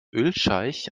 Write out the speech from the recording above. ölscheich